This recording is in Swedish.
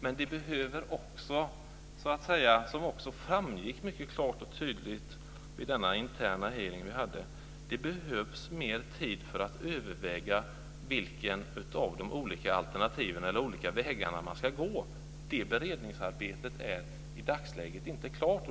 Men det behövs också, som framgick mycket klart och tydligt vid den interna hearing vi hade, mer tid för att överäga vilken av de olika vägarna man ska gå. Det beredningsarbetet är i dagsläget inte klart.